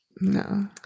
No